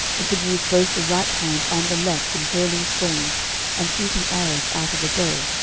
and could use both the right hand and the left in hurling stones and shooting arrows out of a bow,